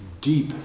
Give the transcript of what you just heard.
deep